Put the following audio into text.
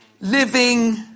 living